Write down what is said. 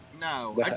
no